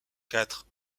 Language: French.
quatre